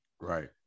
right